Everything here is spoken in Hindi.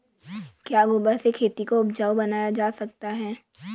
क्या गोबर से खेती को उपजाउ बनाया जा सकता है?